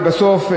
והיא בסוף,